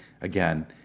Again